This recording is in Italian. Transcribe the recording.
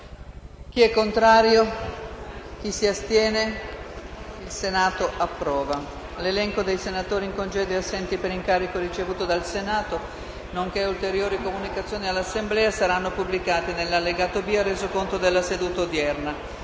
"Il link apre una nuova finestra"). L'elenco dei senatori in congedo e assenti per incarico ricevuto dal Senato, nonché ulteriori comunicazioni all'Assemblea saranno pubblicati nell'allegato B al Resoconto della seduta odierna.